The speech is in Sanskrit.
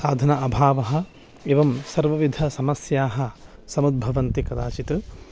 साधन अभावः एवं सर्वविधसमस्याः समुद्भवन्ति कदाचित्